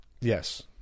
Yes